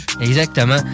Exactement